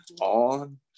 on